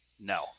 no